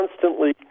constantly